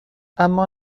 اما